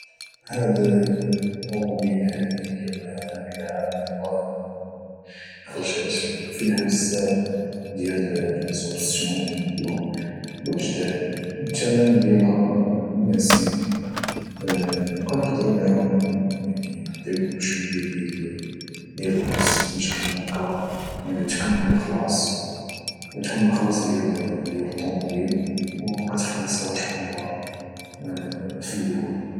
هاد الطونوبيل هادي ديال هاد العام يلاه خرجات وفيها بزاف ديال لي زوبسيون اللي هما جداد او الثمن ديالها مناسب او كنقدرو نعاونوكم يعني نعطيوك شوية ديال الوقت باش انك تكمل الخلاص ديال الطونوبيل مكتخلصهاش كلها في الأول